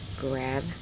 grab